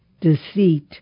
deceit